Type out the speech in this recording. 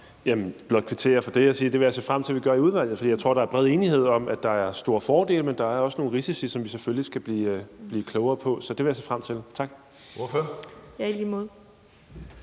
blot kvittere for det og sige, at det vil jeg se frem til at vi gør i udvalget, for jeg tror, der er bred enighed om, at der er store fordele, men der er også nogle risici, som vi selvfølgelig skal blive klogere på. Så det vil jeg se frem til. Tak.